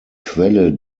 quelle